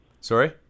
Sorry